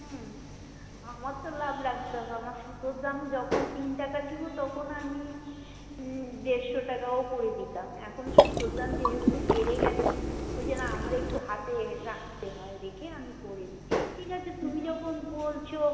হুম আমার তো লাভ রাখতে হবে আমার সুতোর দাম যখন তিন টাকা ছিল তখন আমি দেড়শো টাকাও করে দিতাম এখন সুতোর দাম যেহেতু বেড়ে গেছে ওই জন্য আমার একটু হাতে রাখতে হয় রেখে আমি করে দিই ঠিক আছে তুমি যখন বলছো